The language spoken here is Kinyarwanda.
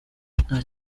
nta